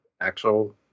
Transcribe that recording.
actual